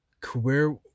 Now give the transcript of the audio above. career